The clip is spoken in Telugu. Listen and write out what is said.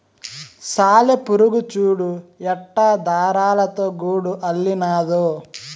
సాలెపురుగు చూడు ఎట్టా దారాలతో గూడు అల్లినాదో